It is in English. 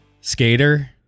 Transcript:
skater